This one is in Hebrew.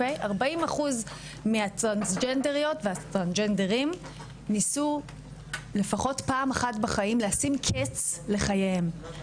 40% מהטרנסג'נדריות והטרנסג'נדרים ניסו לפחות פעם אחת לשים קץ לחייהם.